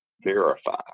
verify